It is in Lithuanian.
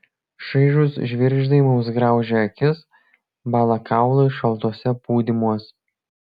šaižūs žvirgždai mums graužia akis bąla kaulai šaltuose pūdymuos